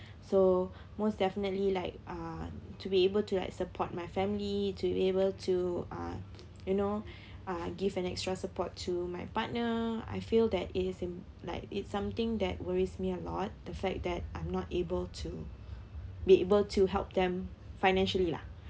so most definitely like uh to be able to like support my family to be able to uh you know uh give an extra support to my partner I feel that it is im~ like it's something that worries me a lot the fact that I'm not able to be able to help them financially lah